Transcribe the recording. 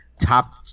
top